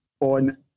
on